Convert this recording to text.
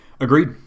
Agreed